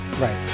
Right